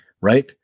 right